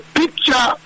picture